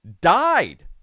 died